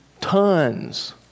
tons